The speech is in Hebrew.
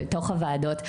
בתוך הוועדות,